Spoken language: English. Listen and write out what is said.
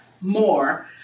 more